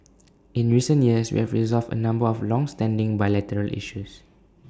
in recent years we have resolved A number of longstanding bilateral issues